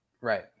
Right